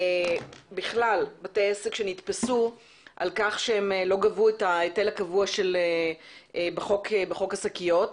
בכלל בתי עסק שנתפסו על כך שהם לא גבו את ההיטל הקבוע בחוק השקיות,